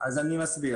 אז אני מסביר.